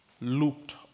looked